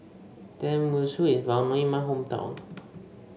tenmusu is well known in my hometown